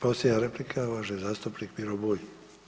Posljednja replika uvaženi zastupnik Miro Bulj.